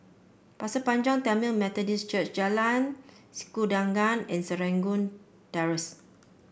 Pasir Panjang Tamil Methodist Church Jalan Sikudangan and Serangoon Terrace